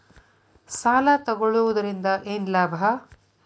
ಸಾಲ ತಗೊಳ್ಳುವುದರಿಂದ ಏನ್ ಲಾಭ?